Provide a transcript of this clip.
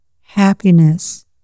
happiness